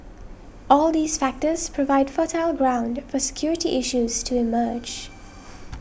all these factors provide fertile ground for security issues to emerge